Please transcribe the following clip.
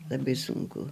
labai sunku